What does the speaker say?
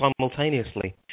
simultaneously